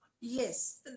Yes